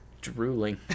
drooling